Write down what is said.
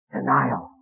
Denial